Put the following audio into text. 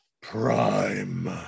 Prime